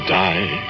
die